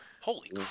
Holy